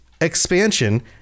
expansion